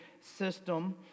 system